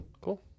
cool